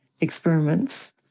experiments